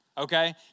okay